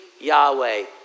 Yahweh